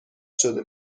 شده